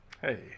hey